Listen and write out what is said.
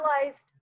realized